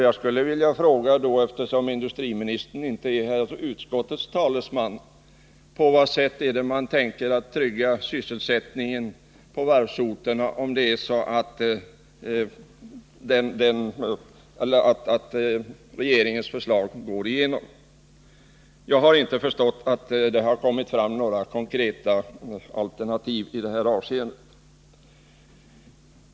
Jag skulle då vilja fråga utskottets talesman, eftersom industriministern inte är här: På vad sätt tänker man trygga sysselsättningen på varvsorterna, om regeringens förslag går igenom? Jag har inte förstått att det har kommit fram några konkreta alternativ i det avseendet.